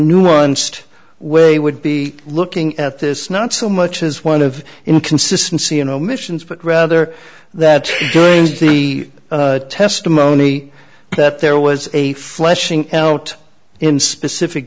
nuanced way would be looking at this not so much as one of inconsistency and omissions but rather that during the testimony that there was a fleshing out in specific